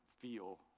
feel